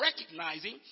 recognizing